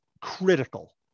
critical